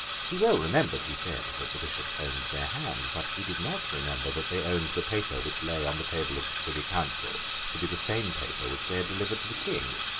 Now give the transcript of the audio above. he well remembered, he said, that the bishops owned their hands but he did not remember that they owned the paper which lay on the table of the privy council to be the same paper which they had delivered to the king,